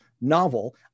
novel